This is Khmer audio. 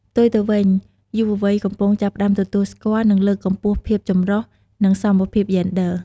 ផ្ទុយទៅវិញ យុវវ័យកំពុងចាប់ផ្ដើមទទួលស្គាល់ និងលើកកម្ពស់ ភាពចម្រុះ និង សមភាព យេនឌ័រ។